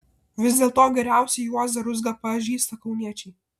vis dėlto geriausiai juozą ruzgą pažįsta kauniečiai